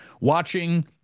Watching